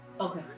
okay